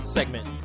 Segment